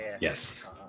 Yes